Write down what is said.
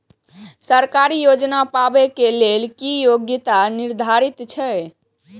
सरकारी योजना पाबे के लेल कि योग्यता निर्धारित छै?